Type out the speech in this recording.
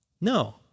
No